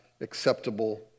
acceptable